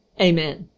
Amen